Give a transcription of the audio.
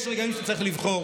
יש רגעים שבהם צריך לבחור,